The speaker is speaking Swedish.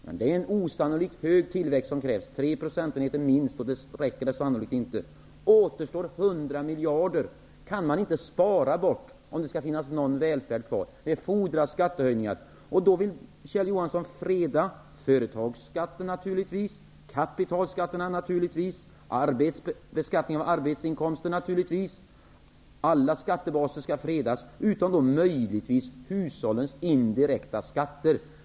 Men det krävs en osannolikt hög tillväxt -- minst tre procentenheter, och det räcker förmodligen inte. Det återstår 100 miljarder. Man kan inte spara bort det beloppet om det skall finnas någon välfärd kvar. Det fordras skattehöjningar. Kjell Johansson vill naturligtvis freda företagsskatterna, kapitalskatterna och beskattningen av arbetsinkomster. Alla skattebaser skall fredas utom möjligen hushållens indirekta skatter.